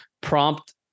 prompt